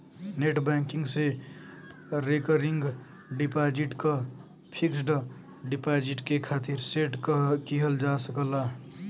net banking से recurring deposit क fixed deposit के खातिर सेट किहल जा सकला